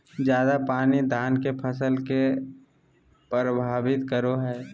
ज्यादा पानी धान के फसल के परभावित करो है?